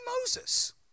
Moses